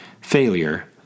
Failure